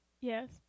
Yes